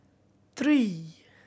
three